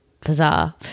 bizarre